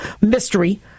mystery